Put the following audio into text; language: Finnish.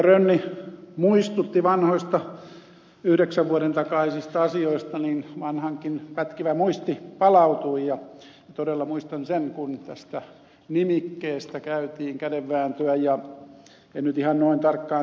rönni muistutti vanhoista yhdeksän vuoden takaisista asioista niin vanhankin pätkivä muisti palautui ja todella muistan sen kun tästä nimikkeestä käytiin kädenvääntöä en nyt ihan noin tarkkaan tiennyt että ed